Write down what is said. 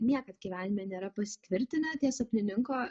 niekad gyvenime nėra pasitvirtinę tie sapnininko